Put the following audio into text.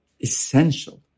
essential